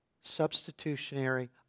substitutionary